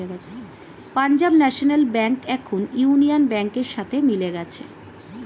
Punjab National Bank এখন Union ব্যাংকের সাথে মিলে গেছে